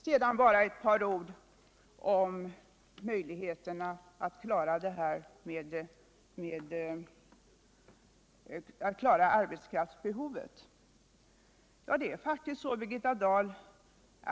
Sedan bara ett par ord om möjligheterna att klara arbetskraftsbehovet. Det är faktiskt så, Birgitta Dahl.